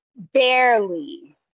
Barely